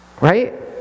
right